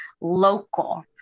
local